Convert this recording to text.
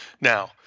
Now